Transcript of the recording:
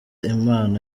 impano